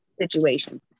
situation